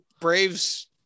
brave's